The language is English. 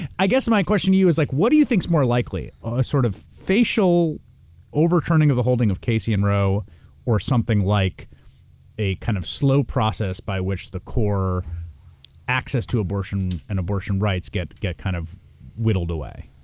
i guess my question to you is, like what do you think is more likely, a sort of facial overturning of the holding of casey and roe or something like a kind of slow process by which the core access to abortion and abortion rights get get kind of whittled away?